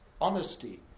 honesty